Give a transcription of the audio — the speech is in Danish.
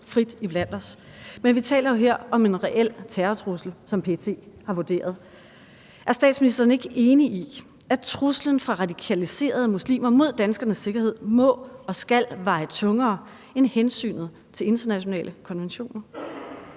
rundt iblandt os, men vi taler jo her om en reel terrortrussel, som PET har vurderet det. Er statsministeren ikke enig i, at truslen fra radikaliserede muslimer mod danskernes sikkerhed må og skal veje tungere end hensynet til internationale konventioner?